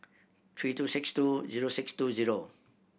three two six two zero six two zero